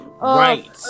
right